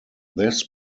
this